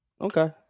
Okay